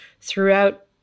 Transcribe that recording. throughout